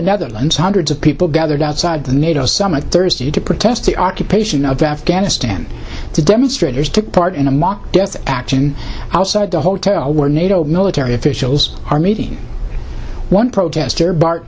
netherlands hundreds of people gathered out the nato summit thursday to protest the occupation of afghanistan to demonstrators took part in a mock action outside the hotel where nato military officials are meeting one protester bar